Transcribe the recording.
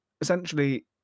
essentially